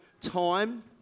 time